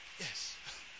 Yes